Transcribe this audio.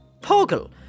Poggle